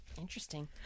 interesting